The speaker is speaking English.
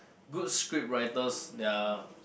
good script writers that are